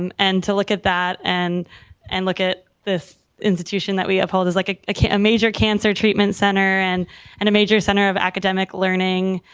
um and to look at that and and look at this institution that we uphold is like ah a major cancer treatment center and and a major center of academic learning,